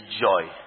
joy